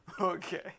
okay